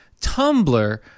Tumblr